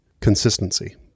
consistency